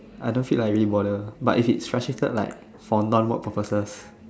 I don't feel like I really bother but if it's frustrated like for non-work purposes